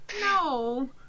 No